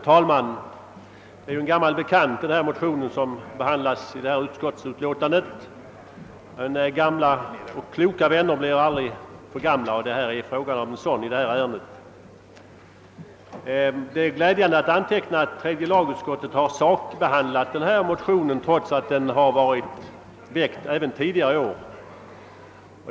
Herr talman! Det motionspar som behandlas i tredje lagutskottets utlåtande nr 11 är en gammal bekant, men gamla kloka vänner blir aldrig för gamla, och här är det fråga om en sådan. Det är glädjande att tredje lagutskottet har sakbehandlat dessa motioner trots att likadana har väckts även tidigare år.